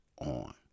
on